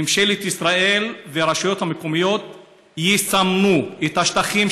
ממשלת ישראל והרשויות המקומיות יסמנו את השטחים